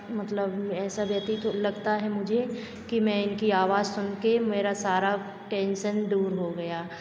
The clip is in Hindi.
मतलब ऐसा व्यतीत हो लगता है मुझे कि मैं इनकी आवाज सुनके मेरा सारा टेंशन दूर हो गया